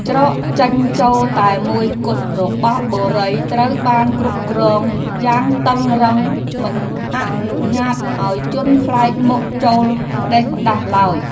ច្រកចេញចូលតែមួយគត់របស់បុរីត្រូវបានគ្រប់គ្រងយ៉ាងតឹងរ៉ឹងមិនអនុញ្ញាតឱ្យជនប្លែកមុខចូលផ្តេសផ្តាសឡើយ។